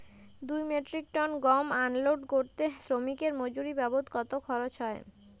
দুই metric ton গম unload করতে শ্রমিক এর মজুরি বাবদ কত খরচ হয়?